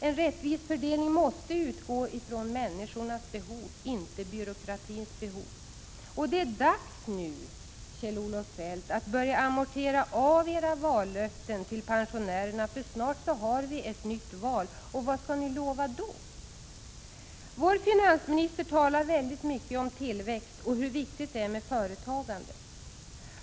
En rättvis fördelning måste utgå från människornas behov, inte från byråkratins behov. Det är dags nu, Kjell-Olof Feldt, att börja amortera av era vallöften till pensionärerna för snart har vi ett nytt val. Vad skall ni lova då? Vår finansminister talar väldigt mycket om tillväxt och om hur viktigt det är med företagandet.